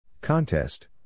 Contest